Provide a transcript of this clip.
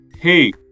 hey